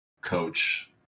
coach